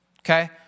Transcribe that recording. okay